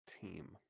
team